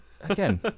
again